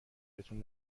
بهتون